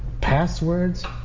passwords